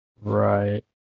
Right